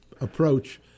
approach